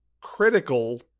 critical